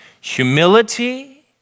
Humility